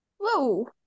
whoa